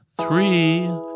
three